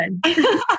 good